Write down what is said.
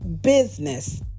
business